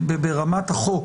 ברמת החוק